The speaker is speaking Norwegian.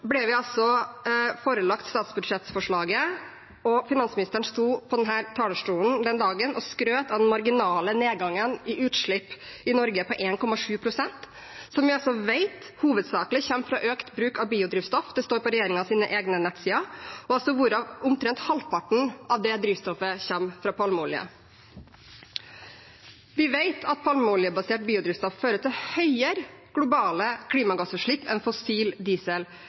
ble vi forelagt statsbudsjettforslaget, og finansministeren sto på denne talerstolen den dagen og skrøt av den marginale nedgangen i utslipp i Norge, på 1,7 pst., som vi vet hovedsakelig kommer av økt bruk av biodrivstoff – det står på regjeringens egne nettsider – hvorav omtrent halvparten kommer fra palmeolje. Vi vet at palmeoljebasert biodrivstoff fører til høyere globale klimagassutslipp enn fossil diesel.